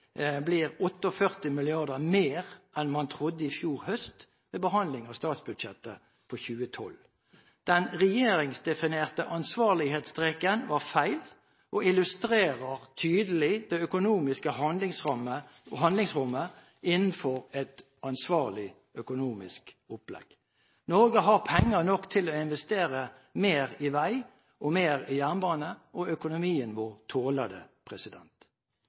blir 48 mrd. kr mer enn man trodde i fjor høst ved behandling av statsbudsjettet for 2012. Den regjeringsdefinerte ansvarlighetsstreken var feil, og illustrerer tydelig det økonomiske handlingsrommet innenfor et ansvarlig økonomisk opplegg. Norge har penger nok til å investere mer i vei og mer i jernbane, og økonomien vår tåler det.